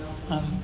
આમ